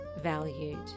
valued